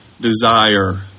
desire